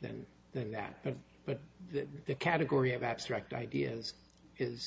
than than that but the category of abstract ideas is